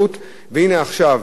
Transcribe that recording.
עכשיו שחררו